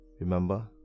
Remember